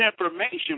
information